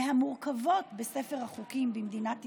מהמורכבות בספר החוקים במדינת ישראל,